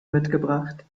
mitgebracht